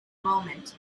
moment